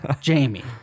Jamie